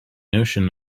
notion